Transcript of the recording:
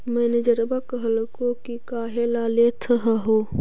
मैनेजरवा कहलको कि काहेला लेथ हहो?